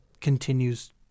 continues